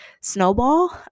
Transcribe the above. snowball